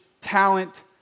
talent